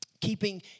Keeping